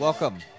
Welcome